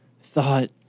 thought